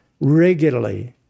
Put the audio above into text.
Regularly